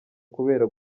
kubera